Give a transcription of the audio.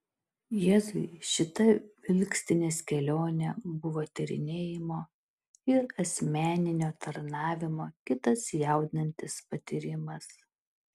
jėzui šita vilkstinės kelionė buvo tyrinėjimo ir asmeninio tarnavimo kitas jaudinantis patyrimas